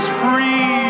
free